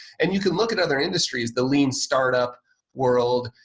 and you could look at other industries. the lean startup world,